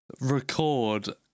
record